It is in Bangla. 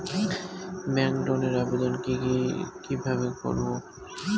ব্যাংক লোনের আবেদন কি কিভাবে করব?